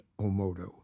Omoto